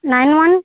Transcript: nine one